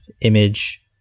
image